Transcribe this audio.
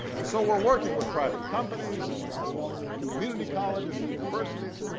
and so we're working with private companies, and community colleges and universities,